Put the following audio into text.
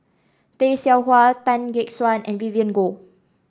Tay Seow Huah Tan Gek Suan and Vivien Goh